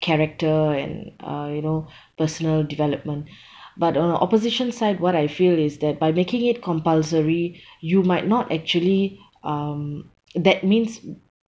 character and uh you know personal development but uh opposition side what I feel is that by making it compulsory you might not actually um that means